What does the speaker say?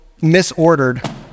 misordered